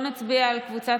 גדי